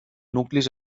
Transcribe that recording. nuclis